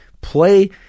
play